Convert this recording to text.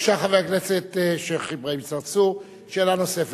בבקשה, חבר הכנסת שיח' אברהים צרצור, שאלה נוספת.